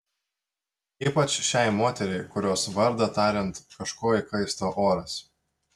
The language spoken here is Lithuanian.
ypač šiai moteriai kurios vardą tariant kažko įkaista oras